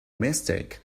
mistake